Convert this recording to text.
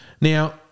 Now